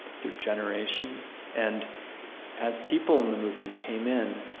through generations. and as people in the movement came in,